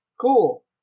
cool